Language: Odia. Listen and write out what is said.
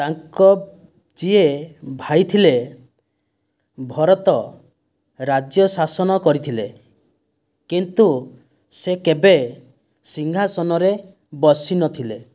ତାଙ୍କ ଯିଏ ଭାଇ ଥିଲେ ଭରତ ରାଜ୍ୟ ଶାସନ କରିଥିଲେ କିନ୍ତୁ ସେ କେବେ ସିଂହାସନରେ ବସି ନଥିଲେ